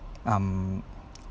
um